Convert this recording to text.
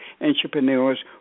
entrepreneurs